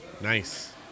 Nice